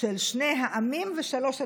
של שני העמים ושלוש הדתות.